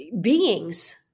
beings